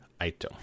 Aito